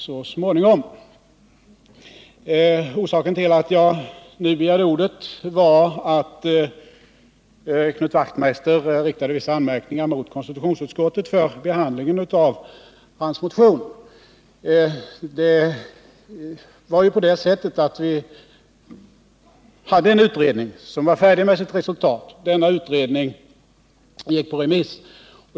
lernas öppethål Orsaken till att jag begärde ordet var att Knut Wachtmeister riktade vissa lande, m. m anmärkningar mot konstitutionsutskottet för dess behandling av hans motion. Det hade framlagts ett utredningsbetänkande, som gått ut på remiss.